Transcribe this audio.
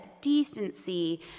decency